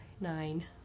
Nine